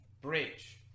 bridge